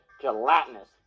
gelatinous